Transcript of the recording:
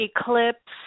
eclipse